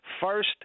first